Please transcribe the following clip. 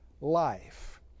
life